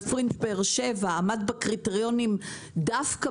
ופרינג' באר שבע עמד בקריטריונים דווקא